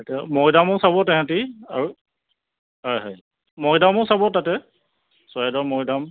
মৈদামো চাব তেহেতি আৰু হয় হয় মৈদামো চাব তাতে চৰাইদেউ মৈদাম